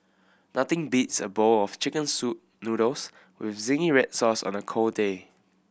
nothing beats a bowl of chicken soup noodles with zingy red sauce on a cold day